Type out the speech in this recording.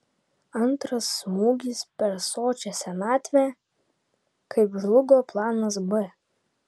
antras smūgis per sočią senatvę kaip žlugo planas b